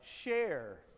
share